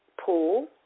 pool